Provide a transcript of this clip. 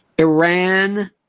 Iran